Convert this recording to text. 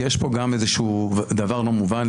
כי יש פה גם איזשהו דבר לא מובן.